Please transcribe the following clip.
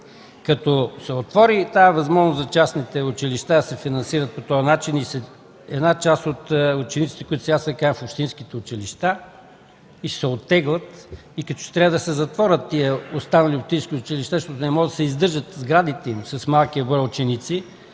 като се отвори и тази възможност частните училища да се финансират по този начин и една част от учениците, които сега са в общинските училища, ще се оттеглят, като ще трябва да се затворят тези останали общински училища, защото не могат да се издържат сградите им с малкия брой ученици,